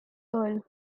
earl